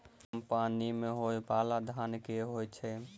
कम पानि मे होइ बाला धान केँ होइ छैय?